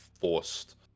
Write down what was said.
forced